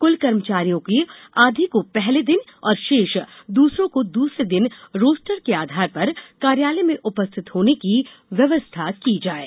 कुल कर्मचारियों के आधे को पहले दिन और शेष दूसरे को दूसरे दिन रोस्टर के आधार पर कार्यालय में उपस्थित होने की व्यवस्था की जाये